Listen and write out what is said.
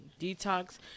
Detox